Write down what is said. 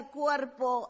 cuerpo